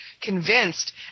convinced